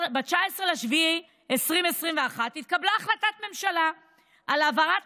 ב-19 ביולי 2021 התקבלה החלטת ממשלה על העברת